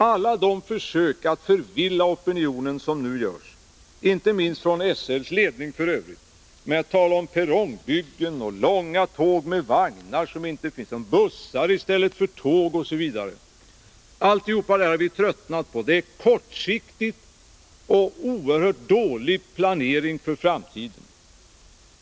Alla de försök att förvilla opinionen som nu görs, inte minst från SL:s ledning f. ö., genom att man talar om perrongbyggen och långa tåg med vagnar som inte finns, bussar i stället för tåg osv., har vi tröttnat på. Det är en kortsiktig och oerhört dålig planering för framtiden.